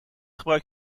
gebruik